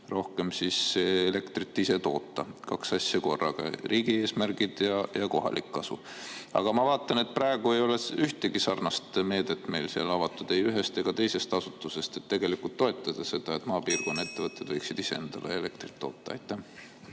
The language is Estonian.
rohkem elektrit ise toota. Kaks asja korraga: riigi eesmärgid ja kohalik kasu. Aga ma vaatan, et praegu ei ole meil seal avatud ühtegi sarnast meedet, ei ühest ega teisest asutusest, millega toetada seda, et maapiirkonna ettevõtted võiksid ise endale elektrit toota. Aitäh!